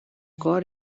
cor